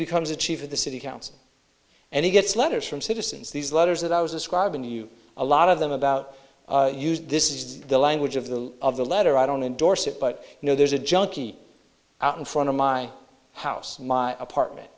becomes the chief of the city council and he gets letters from citizens these letters that i was describing you a lot of them about used this is the language of the of the letter i don't endorse it but you know there's a junkie out in front of my house my apartment